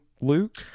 luke